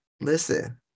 listen